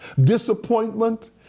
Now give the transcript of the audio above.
disappointment